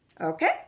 okay